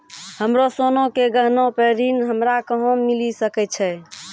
हमरो सोना के गहना पे ऋण हमरा कहां मिली सकै छै?